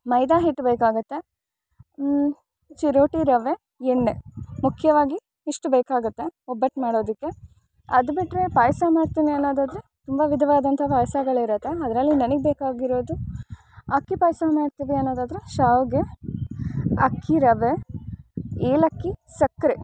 ಮೈದಾ ಹಿಟ್ಟು ಬೇಕಾಗುತ್ತೆ ಚಿರೋಟಿ ರವೆ ಎಣ್ಣೆ ಮುಖ್ಯವಾಗಿ ಇಷ್ಟು ಬೇಕಾಗುತ್ತೆ ಒಬ್ಬಟ್ಟು ಮಾಡೋದಕ್ಕೆ ಅದು ಬಿಟ್ರೆ ಪಾಯಸ ಮಾಡ್ತೀನಿ ಅನ್ನೋದಾದರೆ ತುಂಬ ವಿಧವಾದಂಥ ಪಾಯಸಗಳಿರತ್ತೆ ಅದರಲ್ಲಿ ನನಗೆ ಬೇಕಾಗಿರೋದು ಅಕ್ಕಿ ಪಾಯಸ ಮಾಡ್ತೀವಿ ಅನ್ನೋದಾದರೆ ಶ್ಯಾವಿಗೆ ಅಕ್ಕಿರವೆ ಏಲಕ್ಕಿ ಸಕ್ಕರೆ